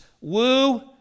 woo